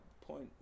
point